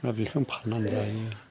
दा बेखौनो फान्ना जायो